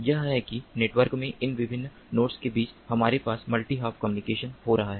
यह है कि नेटवर्क में इन विभिन्न नोड्स के बीच हमारे पास मल्टी हॉप कम्युनिकेशन हो रहा है